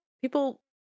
people